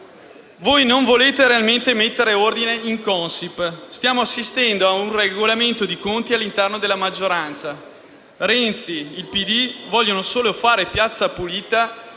Voi non volete realmente mettere ordine in Consip. Stiamo assistendo ad un regolamento di conti all'interno della maggioranza. Renzi e il PD vogliono solo fare piazza pulita